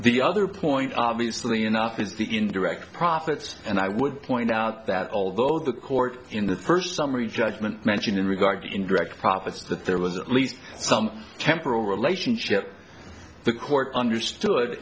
the other point obviously enough is the indirect profits and i would point out that although the court in the first summary judgment mentioned in regard to indirect profits that there was at least some temporal relationship the court understood